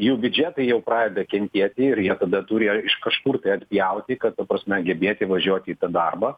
jų biudžetai jau pradeda kentėti ir jie tada turi iš kažkur tai atpjauti kad ta prasme gebėti važiuoti į darbą